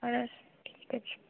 ادٕ حظ ٹھیٖک حظ چھُ